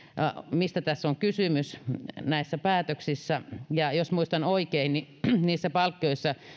mistä näissä päätöksissä on tässä kysymys jos muistan oikein niin niissä palkkioissa